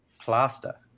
plaster